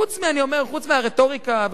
חוץ מהרטוריקה,